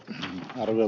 arvoisa puhemies